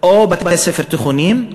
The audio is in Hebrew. או בתי-ספר תיכוניים,